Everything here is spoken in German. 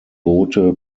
boote